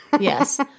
Yes